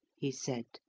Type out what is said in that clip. he said,